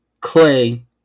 Clay